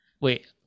Wait